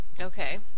Okay